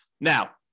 Now